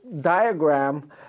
diagram